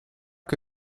que